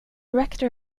rector